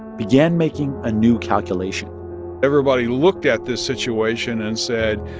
began making a new calculation everybody looked at this situation and said,